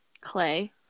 Clay